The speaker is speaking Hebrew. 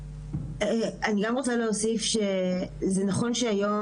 אני גם רוצה להוסיף שזה נכון שהיום